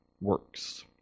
works